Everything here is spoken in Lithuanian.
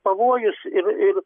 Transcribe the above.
pavojus ir ir